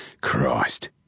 Christ